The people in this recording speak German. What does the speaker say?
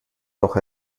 doch